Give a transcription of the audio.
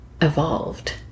evolved